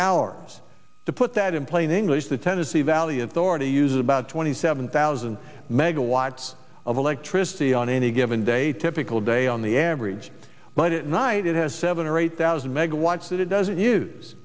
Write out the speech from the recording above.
hours to put that in plain english the tennessee valley authority uses about twenty seven thousand megawatts of electricity on any given day typical day on the average but it night it has seven or eight thousand megawatts that it doesn't use